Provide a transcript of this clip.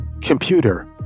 Computer